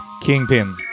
Kingpin